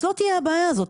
אז לא תהיה הבעיה הזאת,